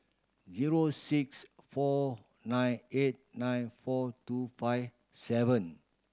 zero six four nine eight nine four two five seven